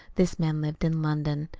this man lived in london.